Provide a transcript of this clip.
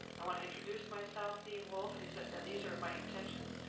i wanna introduce myself, dean wolff. and he said, and these are my intentions,